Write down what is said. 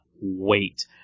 wait